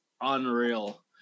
unreal